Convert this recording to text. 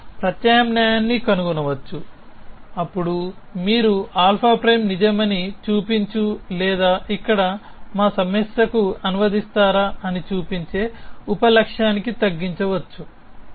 మీరు ప్రత్యామ్నాయాన్ని కనుగొనవచ్చు అప్పుడు మీరు α' నిజమని చూపించు లేదా ఇక్కడ మా సమస్యకు అనువదిస్తారా అని చూపించే ఉప లక్ష్యానికి తగ్గించవచ్చు